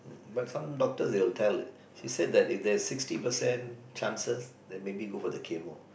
but some doctors they will tell leh she said that if there's sixty percent chances then go for the chemo